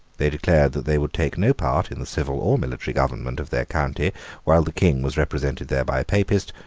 they declared that they would take no part in the civil or military government of their county while the king was represented there by a papist,